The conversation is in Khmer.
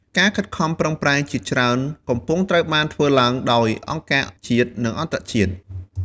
ការខិតខំប្រឹងប្រែងជាច្រើនកំពុងត្រូវបានធ្វើឡើងដោយអង្គការជាតិ និងអន្តរជាតិ។